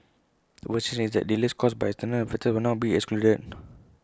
what change is that delays caused by external factors will now be excluded